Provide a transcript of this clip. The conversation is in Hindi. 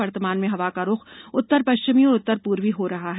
वर्तमान में हवा का रुख उत्तर पश्चिमी और उत्तर पूर्वी हो रहा है